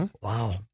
Wow